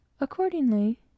Accordingly